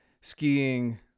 skiing